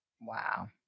Wow